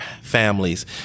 families